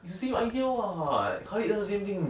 it's the same idea what khaleed does the same thing